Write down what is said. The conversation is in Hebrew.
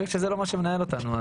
ברגע שזה לא מה שמנהל אותנו-